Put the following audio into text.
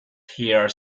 here